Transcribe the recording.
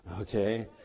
Okay